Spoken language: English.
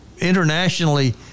internationally